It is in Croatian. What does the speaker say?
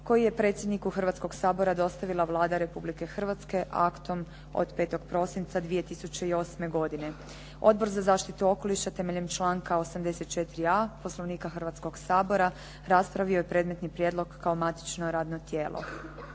koji je predsjedniku Sabora dostavila Vlada Republike Hrvatske aktom od 5. prosinca 2008. godine. Odbor za zaštitu okoliša temeljem članka 84.a, Poslovnika Hrvatskog sabora raspravio je predmetni prijedlog kao matično radno tijelo.